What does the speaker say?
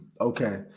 Okay